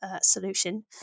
solution